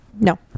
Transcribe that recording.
No